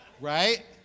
Right